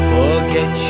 Forget